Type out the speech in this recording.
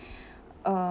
uh